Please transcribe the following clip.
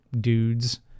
dudes